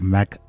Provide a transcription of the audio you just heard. Mac